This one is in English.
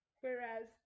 whereas